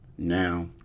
Now